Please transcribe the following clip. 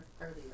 earlier